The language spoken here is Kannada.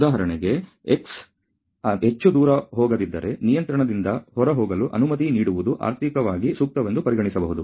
ಉದಾಹರಣೆಗೆ x ಹೆಚ್ಚು ದೂರ ಹೋಗದಿದ್ದರೆ ನಿಯಂತ್ರಣದಿಂದ ಹೊರಹೋಗಲು ಅನುಮತಿ ನೀಡುವುದು ಆರ್ಥಿಕವಾಗಿ ಸೂಕ್ತವೆಂದು ಪರಿಗಣಿಸಬಹುದು